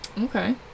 Okay